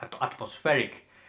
atmospheric